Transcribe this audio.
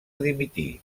dimitir